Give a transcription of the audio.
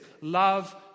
Love